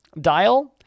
dial